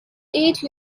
eighty